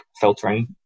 filtering